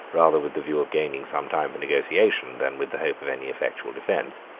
rather with the view of gaining some time for negotiation, than with the hope of any effectual defence.